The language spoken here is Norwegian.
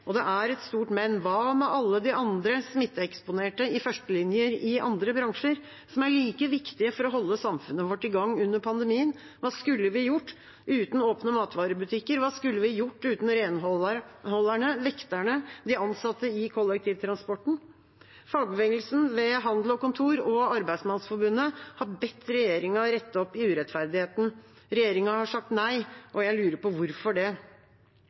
og det er et stort men – hva med alle de andre smitteeksponerte i førstelinjer i andre bransjer, som er like viktige for å holde samfunnet vårt i gang under pandemien? Hva skulle vi gjort uten åpne matvarebutikker? Hva skulle vi gjort uten renholderne, vekterne, de ansatte i kollektivtransporten? Fagbevegelsen ved Handel og Kontor og Arbeidsmandsforbundet har bedt regjeringa rette opp i urettferdigheten. Regjeringa har sagt nei, og jeg lurer på: Hvorfor det?